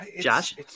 josh